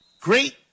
Great